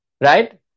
right